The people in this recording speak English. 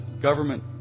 government